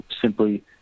simply